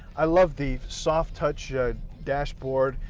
i love the soft touch dashboard,